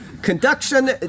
Conduction